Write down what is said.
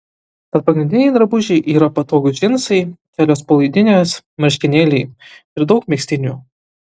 tad pagrindiniai drabužiai yra patogūs džinsai kelios palaidinės marškinėliai ir daug megztinių